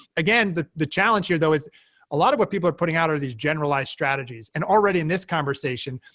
again, the the challenge here, though, is a lot of what people are putting out are these generalized strategies, and already in this conversation,